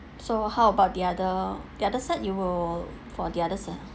so how about the other the other set you will for the other set